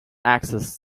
access